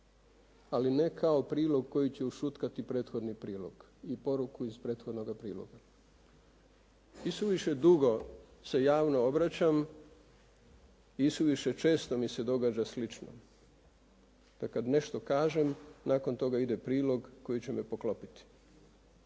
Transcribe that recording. ali ne kao prilog koji će ušutkati prethodni prilog i poruku iz prethodnoga priloga. I suviše dugo se javno obraća i suviše često mi se događa slično da kad nešto kažem, nakon toga ide prilog koji će me poklopiti.